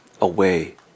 Away